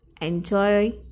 Enjoy